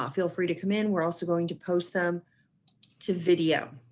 feel free to come in. we're also going to post them to video.